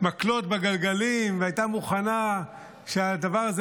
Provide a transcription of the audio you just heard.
מקלות בגלגלים והייתה מוכנה שהדבר הזה